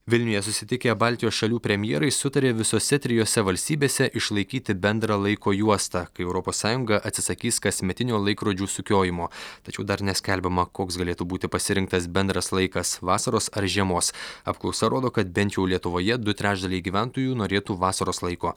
vilniuje susitikę baltijos šalių premjerai sutarė visose trijose valstybėse išlaikyti bendrą laiko juostą kai europos sąjunga atsisakys kasmetinio laikrodžių sukiojimo tačiau dar neskelbiama koks galėtų būti pasirinktas bendras laikas vasaros ar žiemos apklausa rodo kad bent jau lietuvoje du trečdaliai gyventojų norėtų vasaros laiko